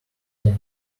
tank